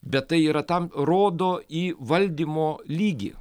bet tai yra tam rodo į valdymo lygį